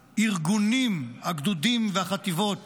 ושהארגונים, הגדודים והחטיבות